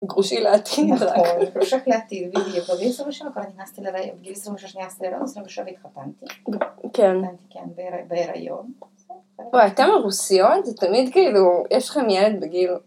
גרושי לעתיד. -גרושך לעתיד, בדיוק. בגיל 26 נכנסתי להריון. בגיל 27 התחתנתי. כן. -כן, בהיריון. -וואי, אתן הרוסיות? זה תמיד כאילו, יש לכם ילד בגיל...